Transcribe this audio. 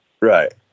Right